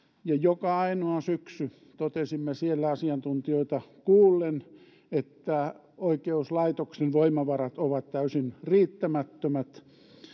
ja joka ainoa syksy totesimme siellä asiantuntijoita kuullen että oikeuslaitoksen voimavarat ovat täysin riittämättömät